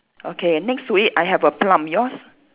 okay next to it I have a plum yours